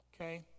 Okay